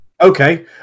okay